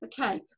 Okay